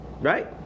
Right